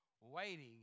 waiting